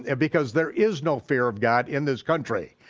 and because there is no fear of god in this country.